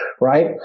right